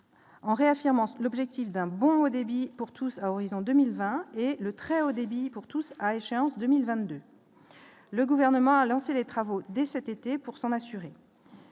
en réaffirmant ce l'objectif d'un bon haut débit pour tous à horizon 2020 et le très haut débit pour tous à échéance 2020, 2, le gouvernement a lancé les travaux dès cet été pour s'en assurer.